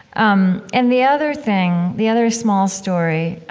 um, and the other thing the other small story,